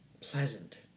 Pleasant